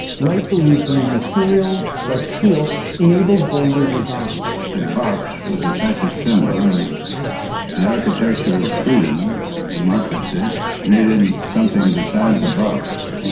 wright believed new materials, like steel, enabled bolder designs. the box was a fascist symbol and and the architecture of freedom and democracy needed something beside the box.